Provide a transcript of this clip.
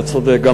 אתה צודק,